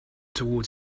toward